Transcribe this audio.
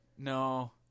No